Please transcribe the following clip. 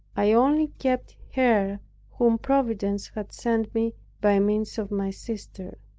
i only kept her whom providence had sent me by means of my sister.